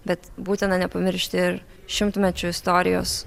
bet būtina nepamiršti ir šimtmečių istorijos